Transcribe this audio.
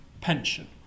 pension